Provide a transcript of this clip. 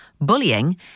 bullying